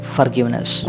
Forgiveness